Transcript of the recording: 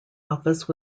office